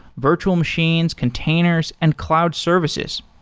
virtual machines, containers and cloud services.